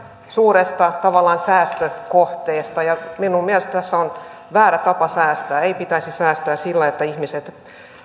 suuresta tavallaan säästökohteesta ja minun mielestäni tässä on väärä tapa säästää ei pitäisi säästää sillä että ihmiset